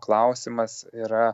klausimas yra